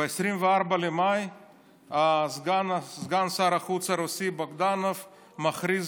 ב-24 במאי סגן שר החוץ הרוסי בוגדנוב מכריז